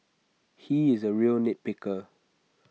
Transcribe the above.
he is A real nit picker